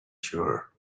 sure